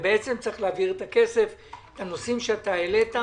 וצריך להעביר את הכסף לנושאים שהעלית.